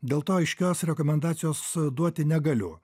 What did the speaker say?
dėl to aiškios rekomendacijos duoti negaliu